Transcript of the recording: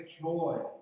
joy